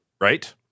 right